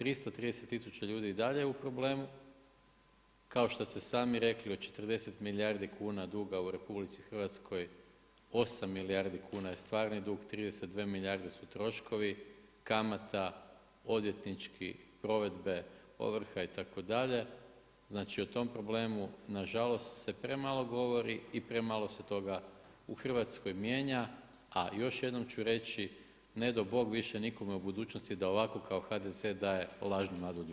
330 tisuća ljudi je i dalje u problemu, kao što ste i sami rekli, od 40 milijardi kuna duga u RH, 8 milijardi kuna je stvarni dug, 32 milijarde su troškovi kamata, odvjetnički, provedbe, ovrha itd., znači o tom problemu nažalost se premalo govori i premalo se toga u Hrvatskoj mijenja a još jednom ću reći, ne dao bog više nikome u budućnosti da ovako kao HDZ daje lažnu nadu ljudima.